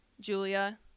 Julia